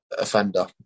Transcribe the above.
offender